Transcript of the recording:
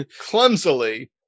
Clumsily